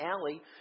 alley